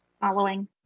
Following